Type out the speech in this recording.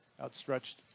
Outstretched